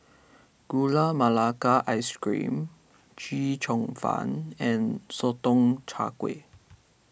Gula Melaka Ice Cream Chee Cheong Fun and Sotong Char Kway